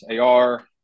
AR